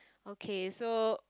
okay so